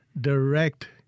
Direct